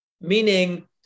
meaning